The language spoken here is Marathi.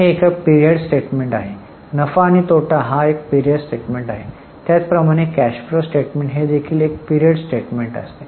हे एक पीरियड स्टेटमेंट आहे नफा आणि तोटा हा पीरियड स्टेटमेंट असतो त्याचप्रमाणे कॅश फ्लो स्टेटमेंट देखील एक पीरियड स्टेटमेंट असते